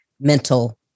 mental